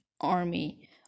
army